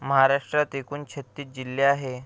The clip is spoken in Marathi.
महाराष्ट्रात एकूण छत्तीस जिल्हे आहे